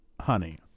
honey